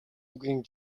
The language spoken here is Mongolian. үгийн